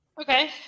Okay